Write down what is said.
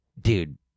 dude